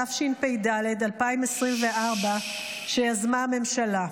התשפ"ד 2024, שיזמה הממשלה.